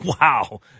wow